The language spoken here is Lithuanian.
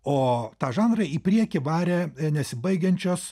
o tą žanrą į priekį varė nesibaigiančios